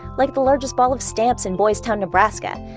like the largest ball of stamps in boys town, nebraska,